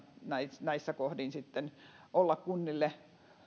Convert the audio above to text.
näissä näissä kohdin sitten olla kunnille